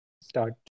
start